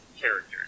characters